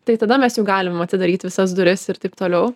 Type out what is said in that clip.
tai tada mes jau galim atidaryt visas duris ir taip toliau